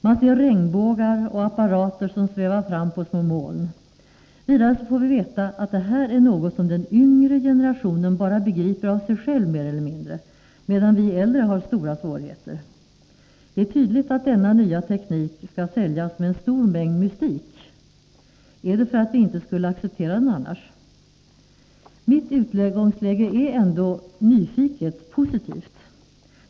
Man ser regnbågar och apparater som svävar fram på små moln. Vidare får vi veta att det här är något som den yngre generationen begriper mer eller mindre av sig själv, medan vi äldre har stora svårigheter. Det är tydligt att denna nya teknik skall säljas med en stor mängd mystik. Är det för att vi inte skulle acceptera den annars? Mitt utgångsläge är nyfiket positivt.